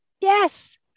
Yes